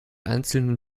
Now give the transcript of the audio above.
einzelnen